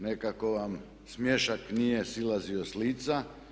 Nekako vam smiješak nije silazio s lica.